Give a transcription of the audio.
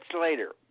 later